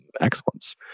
excellence